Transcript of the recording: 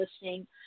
listening